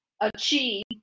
Achieve